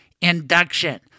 induction